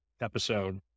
episode